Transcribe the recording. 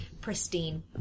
pristine